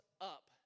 up